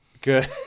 good